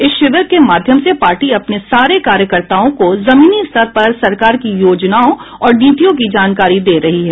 इस शिविर के माध्यम से पार्टी अपने सारे कार्यकर्ताओं को जमीनी स्तर पर सरकार की योजनाओं और नीतियों की जानकारी दे रही है